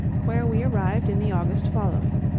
where we arrived in the august following.